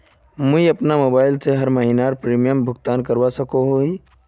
मुई अपना मोबाईल से हर महीनार प्रीमियम भुगतान करवा सकोहो ही?